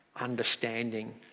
understanding